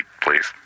please